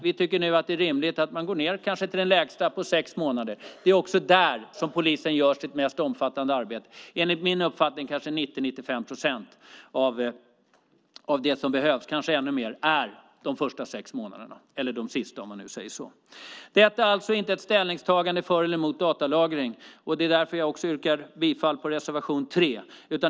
Vi tycker nu att det är rimligt att man kanske går ned till den kortaste tiden, sex månader. Det är också under den tiden som polisen gör sitt mest omfattande arbete. Enligt min uppfattning görs 90-95 procent av det som behövs, kanske ännu mer, de första sex månaderna, eller de sista om man ser det så. Detta är alltså inte ett ställningstagande för eller emot datalagring. Det är därför som jag yrkar bifall till reservation 3.